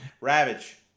Ravage